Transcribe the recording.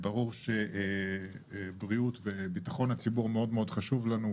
ברור שבריאות ובטחון הציבור מאוד מאוד חשוב לנו,